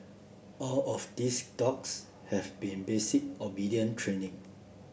all of these dogs have been basic obedient training